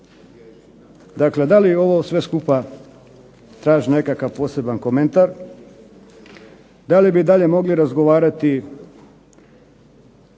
Dakle da li ovo sve skupa traži nekakav poseban komentar, da li bi i dalje mogli razgovarati